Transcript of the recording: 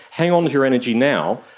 hang on to your energy now,